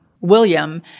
William